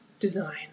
Design